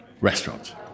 restaurants